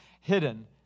hidden